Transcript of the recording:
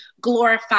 glorify